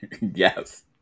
Yes